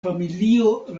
familio